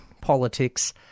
politics